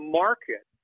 market